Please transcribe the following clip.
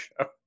show